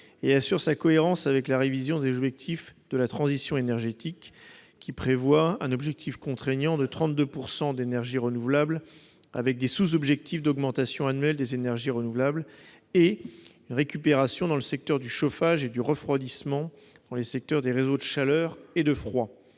et d'assurer sa cohérence avec la révision des objectifs de la transition énergétique, à savoir un objectif contraignant de 32 % d'énergies renouvelables avec des sous-objectifs d'augmentation annuelle des énergies renouvelables et récupération dans le secteur du chauffage et du refroidissement, ainsi que dans le secteur des réseaux de chaleur et de froid.